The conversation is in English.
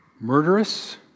murderous